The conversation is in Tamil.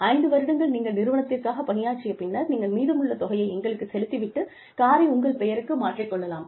ஐந்து வருடங்கள் நீங்கள் நிறுவனத்திற்காக பணியாற்றிய பின்னர் நீங்கள் மீதமுள்ள தொகையை எங்களுக்குச் செலுத்தி விட்டு காரை உங்கள் பெயருக்கு மாற்றிக் கொள்ளலாம்